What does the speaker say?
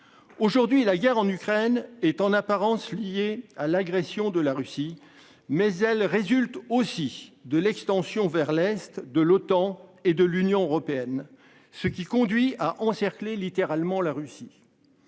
Aujourd'hui la guerre en Ukraine est en apparence liée à l'agression de la Russie. Mais elle résulte aussi de l'extension vers l'Est de l'OTAN et de l'Union européenne, ce qui conduit à encercler littéralement la Russie.